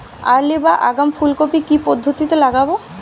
Early বা আগাম ফুল কপি কি পদ্ধতিতে লাগাবো?